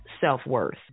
self-worth